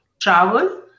travel